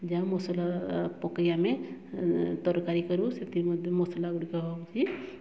ଯାଉ ମସଲା ପକାଇ ଆମେ ତରକାରୀ କରୁ ସେଥି ମଧ୍ୟ ମସଲା ଗୁଡ଼ିକ ହେଉଛି